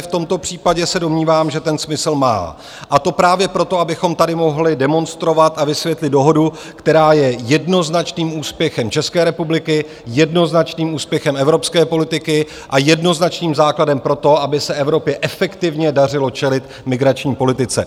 V tomto případě se domnívám, že ten smysl má, a to právě proto, abychom tady mohli demonstrovat a vysvětlit dohodu, která je jednoznačným úspěchem České republiky, jednoznačným úspěchem evropské politiky a jednoznačným základem pro to, aby se Evropě efektivně dařilo čelit migrační politice.